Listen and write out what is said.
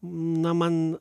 na man